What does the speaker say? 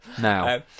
Now